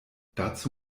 dazu